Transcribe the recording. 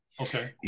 Okay